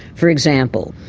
for example,